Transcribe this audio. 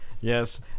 Yes